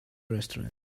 restaurant